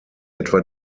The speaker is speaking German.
etwa